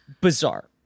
bizarre